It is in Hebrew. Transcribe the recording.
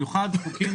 מי בעד ההסתייגות?